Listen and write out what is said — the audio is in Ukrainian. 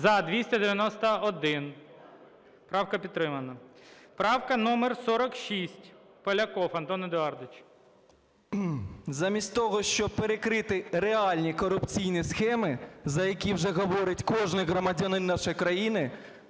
За-291 Правка підтримана. Правка номер 46. Поляков Антон Едуардович. 13:00:58 ПОЛЯКОВ А.Е. Замість того, щоб перекрити реальні корупційні схеми, за які вже говорить кожний громадянин нашої країни,